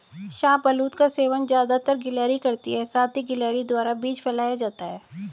शाहबलूत का सेवन ज़्यादातर गिलहरी करती है साथ ही गिलहरी द्वारा बीज फैलाया जाता है